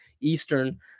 Eastern